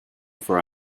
for